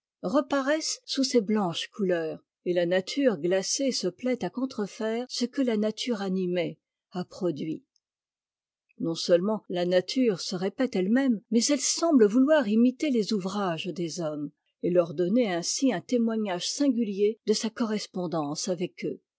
reparaissent sous ces blanches couleurs et la nature glacée se plaît à contrefaire ce'que la nature animée a produit non-seulement la nature se répète elle-même mais elle semble vouloir imiter les ouvrages des hommes et leur donner ainsi un témoignage singulier de sa correspondance avec eux